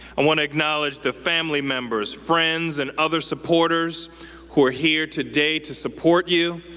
i want to acknowledge the family members, friends, and other supporters who are here today to support you.